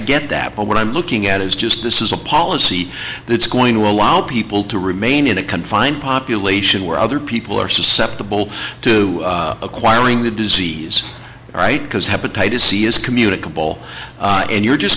get that but what i'm looking at is just this is a policy that's going to allow people to remain in a confined population where other people are susceptible to acquiring the disease right because hepatitis c is communicable and you're just